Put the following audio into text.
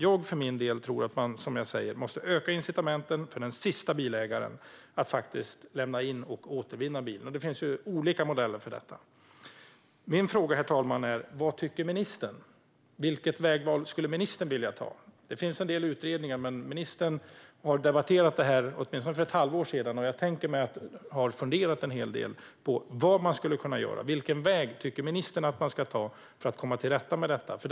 Jag tror att vi måste öka incitamenten för den sista bilägaren att lämna in och återvinna bilen. Det finns olika modeller för detta. Vad tycker ministern? Vilket vägval skulle ministern vilja ta? Det finns en del utredningar, och ministern debatterade frågan åtminstone för ett halvår sedan. Jag tänker mig att ministern har funderat en del över vad som kan göras. Vilken väg tycker ministern att man ska ta för att komma till rätta med problemet?